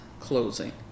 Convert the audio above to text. closing